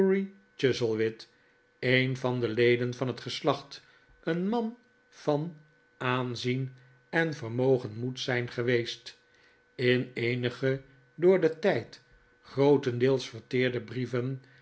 diggory chuzzlewit een van de leden van het geslacht een man van aanzien en vermogen moet zijn geweest in eenige door den tijd grootendeels verteerde brieven